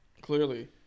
Clearly